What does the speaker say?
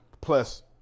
Plus